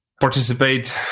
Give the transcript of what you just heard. participate